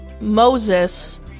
Moses